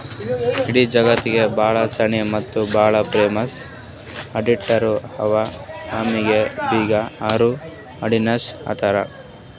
ಇಡೀ ಜಗತ್ನಾಗೆ ಭಾಳ ಶಾಣೆ ಮತ್ತ ಭಾಳ ಫೇಮಸ್ ಅಡಿಟರ್ ಹರಾ ಅವ್ರಿಗ ಬಿಗ್ ಫೋರ್ ಅಡಿಟರ್ಸ್ ಅಂತಾರ್